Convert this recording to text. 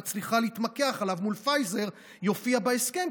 מצליחה להתמקח עליו מול פייזר יופיע בהסכם,